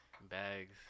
Bags